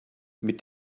mit